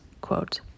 quote